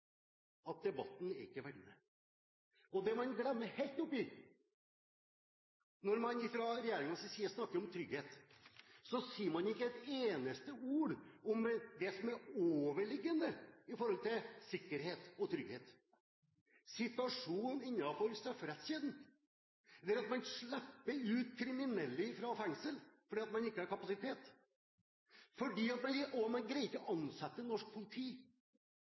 at debatten er ikke verdig det. Og det er noe man glemmer helt her. Når man fra regjeringens side snakker om trygghet, sier man ikke et eneste ord om det som er det overliggende med hensyn til sikkerhet og trygghet: situasjonen innenfor strafferettskjeden – ved at man slipper ut kriminelle fra fengsel fordi man ikke har kapasitet, og ved at man ikke greier å ansette norsk politi.